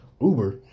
uber